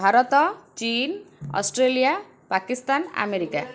ଭାରତ ଚୀନ Australia Pakistan America